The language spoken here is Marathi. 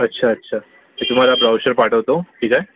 अच्छा अच्छा मी तुम्हालाल ब्राऊचर पाठवतो ठीकए